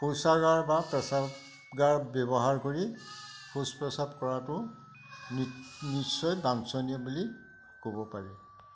শৌচাগাৰ বা প্ৰেচাবগাৰ ব্যৱহাৰ কৰি শৌচ প্ৰেচাব কৰাটো নিশ্চয় বাঞ্চনীয় বুলি ক'ব পাৰি